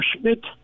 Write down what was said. Schmidt